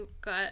got